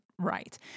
Right